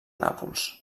nàpols